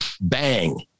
Bang